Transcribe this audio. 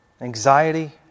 anxiety